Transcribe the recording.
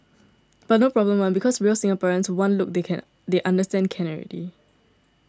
but no problem one because real Singaporeans one look they can they understand can already